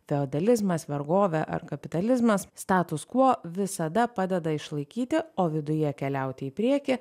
feodalizmas vergovė ar kapitalizmas statūs kuo visada padeda išlaikyti o viduje keliauti į priekį